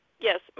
Yes